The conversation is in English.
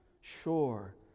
sure